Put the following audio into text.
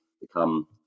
become